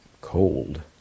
cold